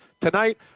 tonight